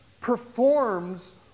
performs